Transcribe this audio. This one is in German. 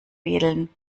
wedeln